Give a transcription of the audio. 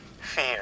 fear